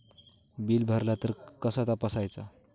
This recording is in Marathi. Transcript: बिल भरला तर कसा तपसायचा?